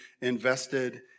invested